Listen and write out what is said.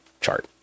chart